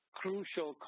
crucial